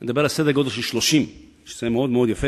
אני מדבר על סדר-גודל של 30, שזה מאוד יפה.